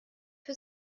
für